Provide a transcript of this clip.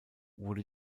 wurde